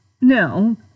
No